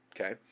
Okay